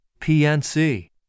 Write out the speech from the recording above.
PNC